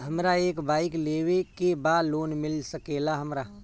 हमरा एक बाइक लेवे के बा लोन मिल सकेला हमरा?